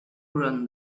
run